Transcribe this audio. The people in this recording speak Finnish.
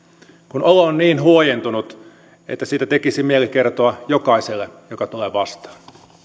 kun olo on niin huojentunut että siitä tekisi mieli kertoa jokaiselle joka tulee vastaan